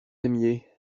aimiez